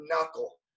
knuckle